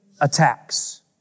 attacks